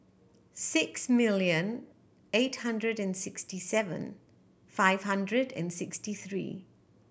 six million eight hundred and sixty seven five hundred and sixty three